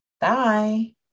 bye